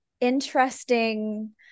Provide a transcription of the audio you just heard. interesting